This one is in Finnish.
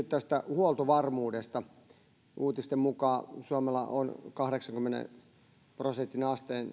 tästä huoltovarmuudesta uutisten mukaan suomella on kahdeksankymmenen prosentin